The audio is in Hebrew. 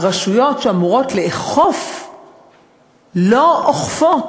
הרשויות שאמורות לאכוף לא אוכפות.